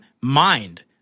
mind